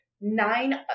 nine